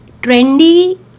trendy